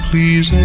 Please